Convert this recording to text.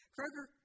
Kroger